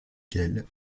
quelle